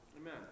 Amen